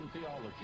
theology